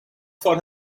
for